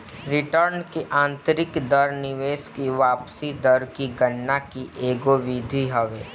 return की आतंरिक दर निवेश की वापसी दर की गणना के एगो विधि हवे